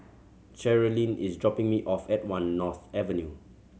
Cherilyn is dropping me off at One North Avenue